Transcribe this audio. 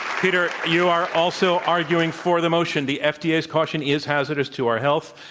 peter, you are also arguing for the motion, the fda's caution is hazardous to our health.